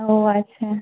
ও আচ্ছা